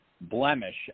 blemish